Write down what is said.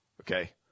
Okay